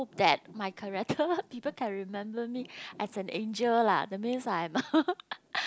that my character people can remember me as an angel lah that means I am a